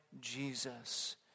Jesus